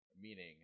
meaning